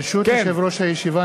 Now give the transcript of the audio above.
ברשת יושב-ראש הישיבה,